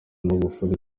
magufuli